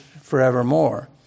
forevermore